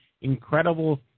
incredible